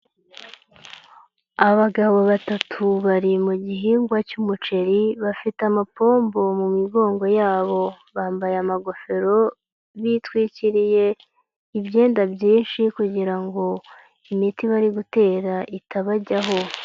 Abagabo batatu bari mu gihingwa cy'umuceri bafite amapombo mu migongo yabo, bambaye amagofero, bitwikiriye ibyenda byinshi kugira ngo imiti bari gutera itabajyaho.